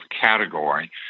category